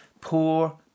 Poor